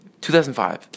2005